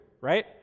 right